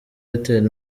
airtel